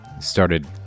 started